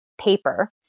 paper